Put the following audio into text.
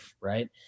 right